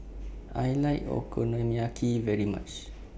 I like Okonomiyaki very much